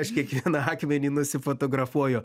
aš kiekvieną akmenį nusifotografuoju